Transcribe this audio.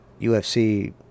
UFC